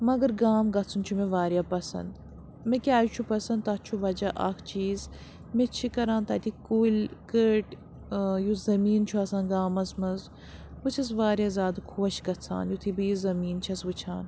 مگر گام گژھُن چھُ مےٚ واریاہ پَسنٛد مےٚ کیٛازِ چھُ پَسنٛد تَتھ چھُ وَجہ اَکھ چیٖز مےٚ چھِ کَران تَتہِ کُلۍ کٔٹۍ یُس زٔمیٖن چھُ آسان گامَس منٛز بہٕ چھَس واریاہ زیادٕ خۄش گژھان یُتھُے بہٕ یہِ زٔمیٖن چھَس وٕچھان